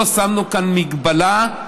לא שמנו כאן מגבלה,